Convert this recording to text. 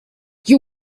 you